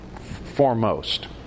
Foremost